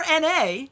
NA